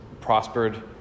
prospered